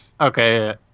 Okay